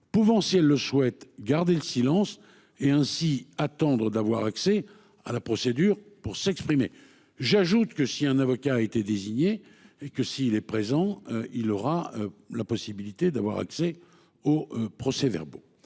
pouvant, si elle le souhaite, garder le silence et ainsi attendre d'avoir accès à la procédure pour s'exprimer. Par ailleurs, si un avocat a été désigné et s'il est présent, il aura la possibilité d'avoir accès aux procès-verbaux.